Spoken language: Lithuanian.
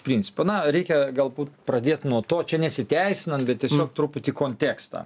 principo na reikia galbūt pradėt nuo to čia nesiteisinant bet tiesiog truputį kontekstą